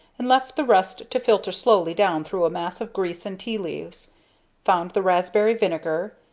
and left the rest to filter slowly down through a mass of grease and tea-leaves found the raspberry vinegar,